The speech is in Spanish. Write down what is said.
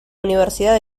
universidad